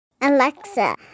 Alexa